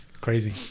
Crazy